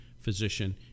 physician